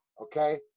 okay